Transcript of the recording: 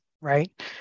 right